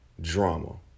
drama